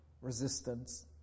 resistance